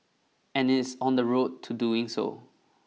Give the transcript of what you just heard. and it is on the road to doing so